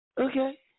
Okay